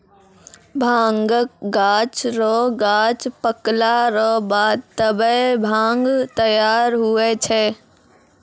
भांगक गाछ रो गांछ पकला रो बाद तबै भांग तैयार हुवै छै